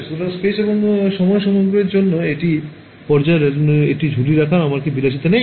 সুতরাং স্পেস এবং সময় সংগ্রহের জন্য একই পর্যায়ে রাডার উপগ্রহগুলির একটি ঝুলি থাকার আমার কি বিলাসিতা নেই